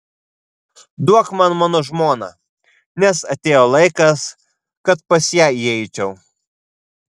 duok man mano žmoną nes atėjo laikas kad pas ją įeičiau